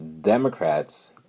Democrats